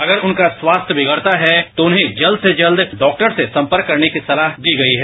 अगर उनका स्वास्थ्य बिगड़ता है तो उन्हे जल्द से जल्द डॉक्टर से संपर्क करने की सलाह दी गई है